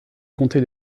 comté